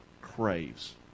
Craves